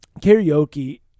karaoke